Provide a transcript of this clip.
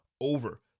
over